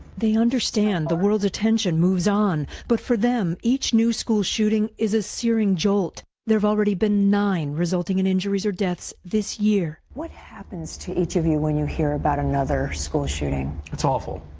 they understand the world's attention moves on, but for them, each new school shooting is a searing jolt. there already been nine resulting in injuries or deaths this year. what happens to each of you when you hear about another school shooting? it's awful.